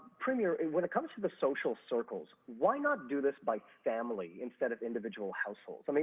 premier, when it comes to the social circles, why not do this by family instead of individual households? i mean